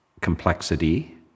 complexity